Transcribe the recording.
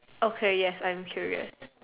okay yes I'm curious